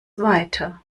weiter